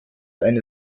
eine